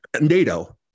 NATO